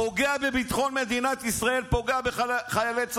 פוגע בביטחון מדינת ישראל, פוגע בחיילי צה"ל,